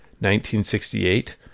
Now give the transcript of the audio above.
1968